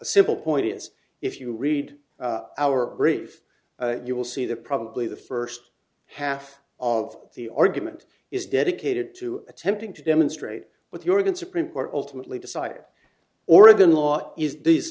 simple point is if you read our brief you will see that probably the first half of the argument is dedicated to attempting to demonstrate what the oregon supreme court ultimately decided oregon law is these